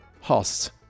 hosts